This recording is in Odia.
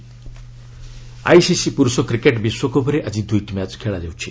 କ୍ରିକେଟ୍ ଡବ୍ଲ୍ୟସି ଆଇସିସି ପୁରୁଷ କ୍ରିକେଟ୍ ବିଶ୍ୱକପ୍ରେ ଆଜି ଦୁଇଟି ମ୍ୟାଚ୍ ଖେଳାଯାଉଛି